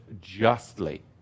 justly